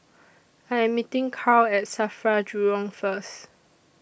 I Am meeting Karl At SAFRA Jurong First